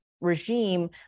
regime